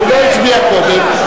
הוא לא הצביע קודם.